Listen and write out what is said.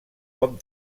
com